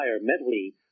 mentally